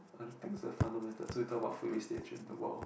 I think it's the fundamental with about food wastage in the world